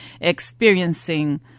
experiencing